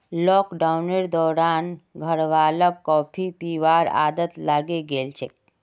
लॉकडाउनेर दौरान घरवालाक कॉफी पीबार आदत लागे गेल छेक